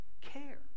care